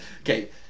okay